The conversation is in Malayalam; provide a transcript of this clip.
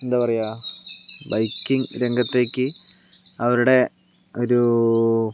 എന്താ പറയുക ബൈക്കിംഗ് രംഗത്തേക്ക് അവരുടെ ഒരു